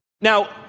Now